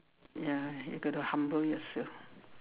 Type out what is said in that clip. ya you got to humble yourself